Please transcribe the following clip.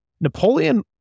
Napoleon